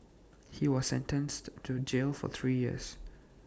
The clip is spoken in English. he was sentenced to jail for three years